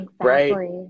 right